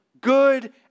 good